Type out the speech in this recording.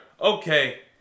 Okay